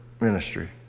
ministry